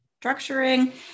structuring